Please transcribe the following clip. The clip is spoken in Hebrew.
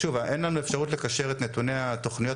שוב אין לנו אפשרות לקשר את נתוני התוכניות